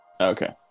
Okay